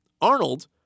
Arnold